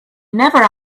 never